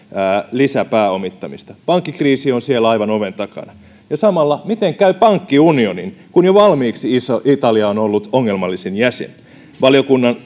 lisäpääomittamista pankkikriisi on siellä aivan oven takana ja samalla miten käy pankkiunionin kun jo valmiiksi iso italia on ollut ongelmallisin jäsen valiokunnan